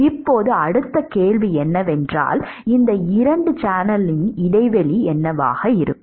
இப்போது அடுத்த கேள்வி என்னவென்றால் இந்த இரண்டு சேனலின் இடைவெளி என்னவாக இருக்கும்